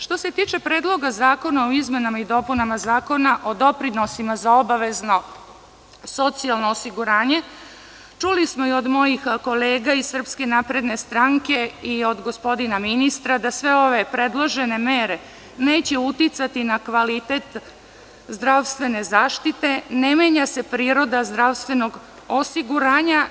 Što se tiče Predloga zakona o izmenama i dopunama Zakona o doprinosima za obavezno socijalno osiguranje, čuli smo i od mojih kolega iz SNS i od gospodina ministra da sve ove predložene mere neće uticati na kvalitet zdravstvene zaštite, ne menja se priroda zdravstvenog osiguranja.